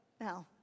Now